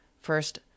First